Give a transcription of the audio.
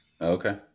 Okay